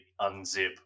unzip